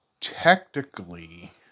technically